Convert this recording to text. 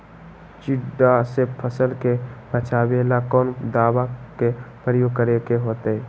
टिड्डा से फसल के बचावेला कौन दावा के प्रयोग करके होतै?